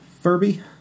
Furby